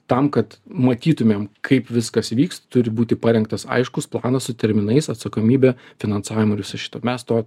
tam kad matytumėm kaip viskas vyks turi būti parengtas aiškus planas su terminais atsakomybe finansavimu ir visu su šitu mes to